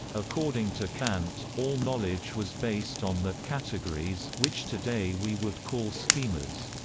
according to kant, all knowledge was based on the categories which today we would call schemas.